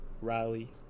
riley